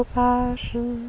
passion